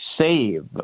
save